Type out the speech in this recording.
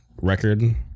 record